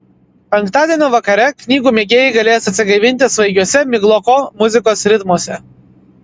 penktadienio vakare knygų mėgėjai galės atsigaivinti svaigiuose migloko muzikos ritmuose